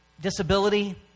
disability